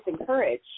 encourage